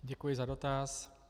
Děkuji za dotaz.